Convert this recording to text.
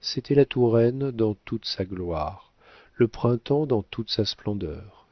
c'était la touraine dans toute sa gloire le printemps dans toute sa splendeur